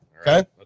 Okay